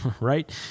Right